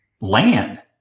land